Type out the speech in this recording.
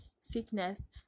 sickness